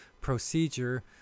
Procedure